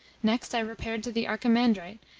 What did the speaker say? next i repaired to the archimandrite,